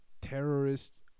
terrorist